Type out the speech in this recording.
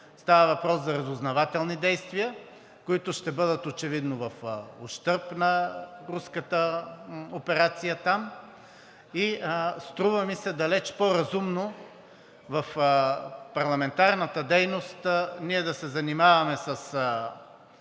става въпрос за разузнавателни действия, които очевидно ще бъдат в ущърб на руската операция там. И струва ми се далеч по-разумно в парламентарната дейност ние да се занимаваме с